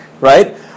right